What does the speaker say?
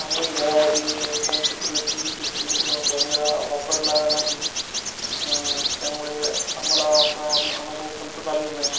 आम्ही घरामध्ये home security system किंवा कॅमेरा वापरला नाही त्यामुळे आम्हाला असा अनुभव कोणताच आलेला नाही